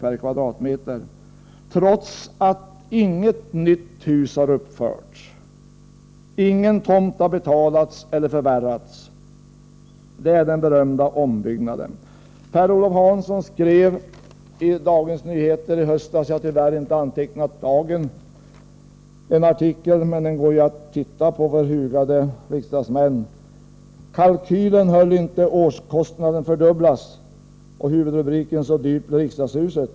per kvadratmeter, trots att inget nytt hus har uppförts, ingen tomt har betalats eller förvärvats. Det är den berömda ombyggnaden. Per-Olof Hansson skrev i höstas en artikel i Dagens Nyheter som hugade riksdagsmän kan titta på och där det bl.a. stod: Kalkylen höll inte — årskostnaden fördubblas. Huvudrubriken löd: Så dyrt blev riksdagshuset.